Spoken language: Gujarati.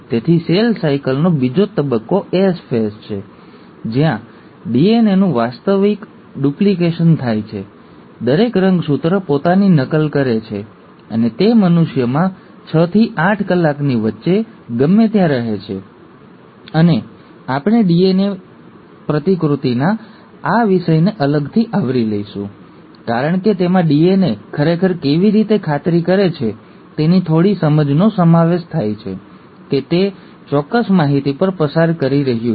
તેથી સેલ સાયકલનો બીજો તબક્કો S ફેઝ છે જ્યાં ડીએનએનું વાસ્તવિક ડુપ્લિકેશન થાય છે દરેક રંગસૂત્ર પોતાની નકલ કરે છે અને તે મનુષ્યમાં છ થી આઠ કલાકની વચ્ચે ગમે ત્યાં રહે છે અને આપણે ડીએનએ પ્રતિકૃતિના આ વિષયને અલગથી આવરી લઈશું કારણ કે તેમાં ડીએનએ ખરેખર કેવી રીતે ખાતરી કરે છે તેની થોડી સમજનો સમાવેશ થાય છે કે તે ચોક્કસ માહિતી પર પસાર કરી રહ્યું છે